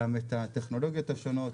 גם את הטכנולוגיות השונות,